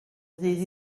ddydd